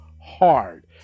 hard